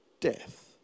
death